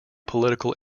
political